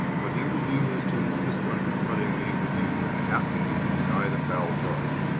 what he will do is to insist on confronting me with you and asking you to deny the foul charge.